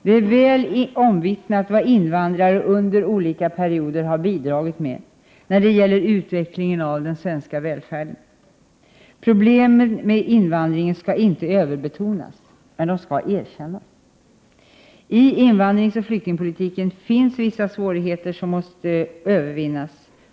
Det är klart omvittnat vad invandrare under olika perioder har bidragit med, när det gäller utvecklingen av den svenska välfärden. Problemen med invandringen skall inte överbetonas. Men de skall erkännas. I invandringsoch flyktingpolitiken finns vissa svårigheter som måste övervinnas.